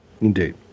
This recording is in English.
Indeed